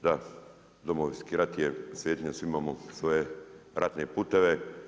Da, Domovinski rat je svetinja svima, svi imamo svoje ratne puteve.